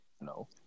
no